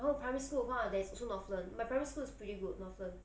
然后 primary school 的话 there's also northland my primary school is pretty good northland